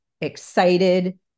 excited